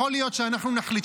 יכול להיות שאנחנו נחליט,